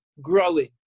growing